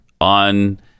on